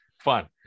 fun